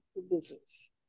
business